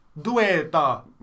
Dueta